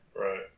Right